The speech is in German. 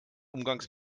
umgangs